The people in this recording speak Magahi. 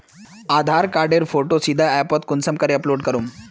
आधार कार्डेर फोटो सीधे ऐपोत कुंसम करे अपलोड करूम?